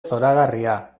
zoragarria